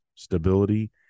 stability